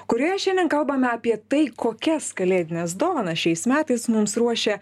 kurioje šiandien kalbame apie tai kokias kalėdines dovanas šiais metais mums ruošia